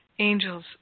Angels